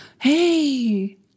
hey